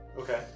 okay